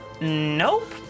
Nope